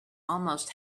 almost